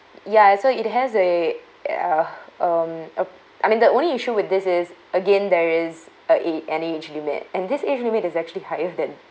ya so it has a uh um uh I mean the only issue with this is again there is a ag~ an age limit and this age limit is actually higher than